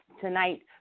tonight